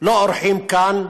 לא אורחים כאן,